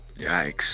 Yikes